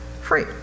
free